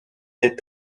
est